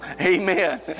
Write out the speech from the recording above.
amen